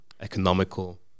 economical